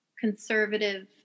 conservative